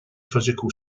physical